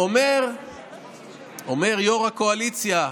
אומר יו"ר הקואליציה,